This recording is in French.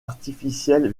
artificiel